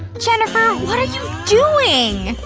jennifer, what are you doing!